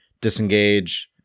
disengage